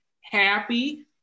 happy